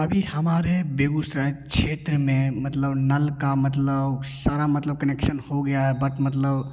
अभी हमारे बेगुसराय क्षेत्र में मतलब नल का मतलब सारा मतलब कनेक्शन हो गया है बट मतलब